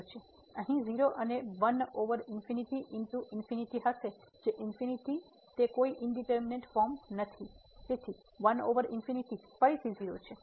તેથી અહીં 0 અને 1 ઓવર ∞ ઇનટુ ∞ હશે જે ∞ હશે તે કોઈ ઇનડીટરમીનેટ ફોર્મ નથી તેથી 1 ઓવર ∞ ફરીથી 0 છે